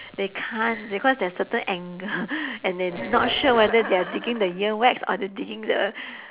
they can't because there's certain angle and they not sure whether they are the digging the earwax or they digging the